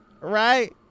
right